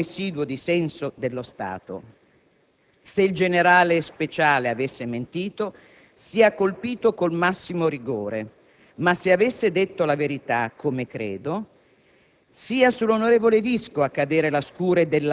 per chi, servitore di questo Paese, ha un residuo di senso dello Stato. Se il generale Speciale avesse mentito, sia colpito col massimo rigore, ma se avesse detto la verità - come credo